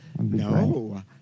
No